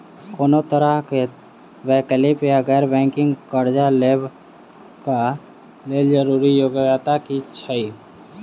कोनो तरह कऽ वैकल्पिक वा गैर बैंकिंग कर्जा लेबऽ कऽ लेल जरूरी योग्यता की छई?